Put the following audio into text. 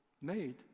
made